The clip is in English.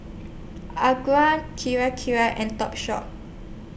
Acura Kirei Kirei and Topshop